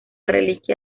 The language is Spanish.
reliquia